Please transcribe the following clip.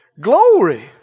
Glory